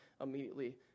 Immediately